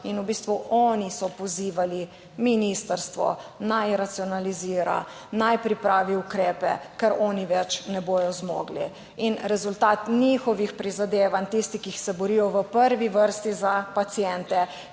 in v bistvu oni so pozivali ministrstvo, naj racionalizira, naj pripravi ukrepe, ker oni več ne bodo zmogli. In rezultat njihovih prizadevanj tisti, ki se borijo v prvi vrsti za paciente,